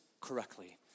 correctly